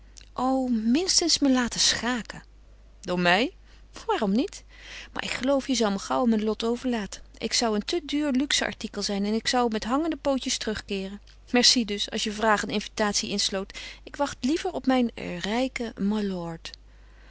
o minstens me laten schaken door mij waarom niet maar ik geloof je zou me gauw aan mijn lot overlaten ik zou een te duur luxe artikel zijn en ik zou met hangende pootjes terugkeeren merci dus als je vraag een invitatie insloot ik wacht liever op mijn rijken mylord